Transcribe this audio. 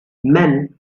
men